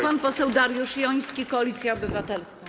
Pan poseł Dariusz Joński, Koalicja Obywatelska.